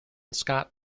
scott